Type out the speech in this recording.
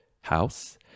house